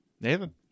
Nathan